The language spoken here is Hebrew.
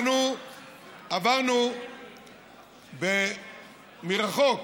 עברנו מרחוק